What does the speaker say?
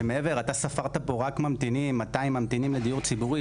אתה ספרת פה רק ממתינים 200 ממתינים לדיור ציבורי,